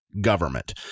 government